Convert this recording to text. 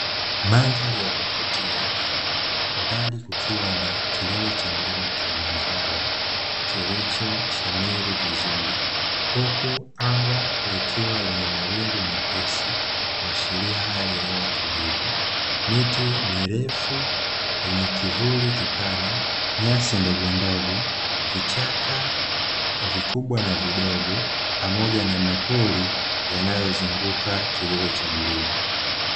Mandhari ya kuvutia, mbali kukiwa na kilele cha mlima kilimanjaro kilicho shamiri vizuri, huku anga likiwa lenye mawingu mepesi kuashiria hali ya hewa tulivu; miti mirefu yenye kivuli kipana, nyasi ndogo ndogo, vichaka vikubwa na vidogo pamoja na mapori yanayo zunguka kilele cha mlima.